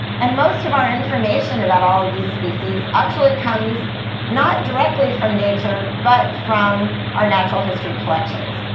and most of our information about all of these species actually comes not directly from nature but from our natural history collections.